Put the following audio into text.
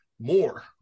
more